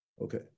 Okay